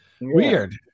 weird